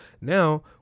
now